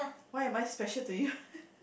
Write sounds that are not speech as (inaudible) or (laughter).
why am I special to you (laughs)